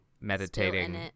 meditating